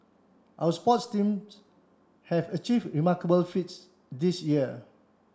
our sports teams have achieve remarkable feats this year